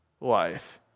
life